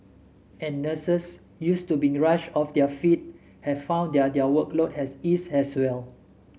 and nurses used to being rushed off their feet have found that their workload has eased as well